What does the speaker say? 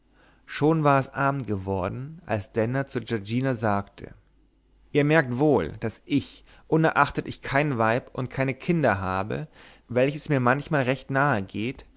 schon war es abend geworden als denner zu giorgina sagte ihr merkt wohl daß ich unerachtet ich kein weib und keine kinder habe welches mir manchmal recht nahe geht